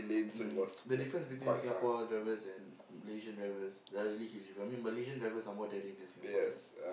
mm the difference between Singapore drivers and Malaysian drivers are really huge I mean Malaysian drivers are more daring than Singaporeans